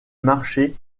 marché